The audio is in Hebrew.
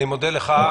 אני מודה לך.